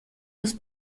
los